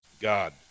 God